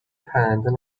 پرنده